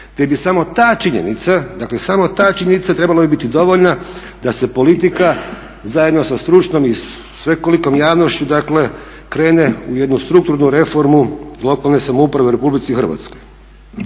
te bi samo ta činjenica, dakle samo ta činjenica bi trebala biti dovoljna da se politika zajedno sa stručnom i svekolikom javnošću dakle krene u jednu strukturnu reformu lokalne samouprave u RH. Jer ovakav